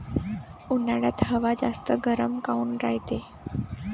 उन्हाळ्यात हवा जास्त गरम काऊन रायते?